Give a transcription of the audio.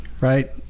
right